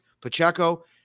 Pacheco